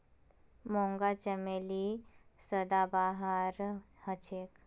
मूंगा चमेली सदाबहार हछेक